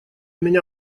меня